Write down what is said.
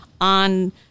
on